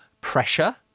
pressure